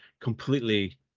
completely